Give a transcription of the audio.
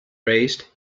raised